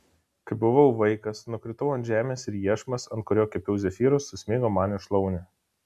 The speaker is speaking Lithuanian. kai buvau vaikas nukritau ant žemės ir iešmas ant kurio kepiau zefyrus susmigo man į šlaunį